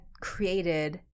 created